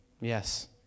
Yes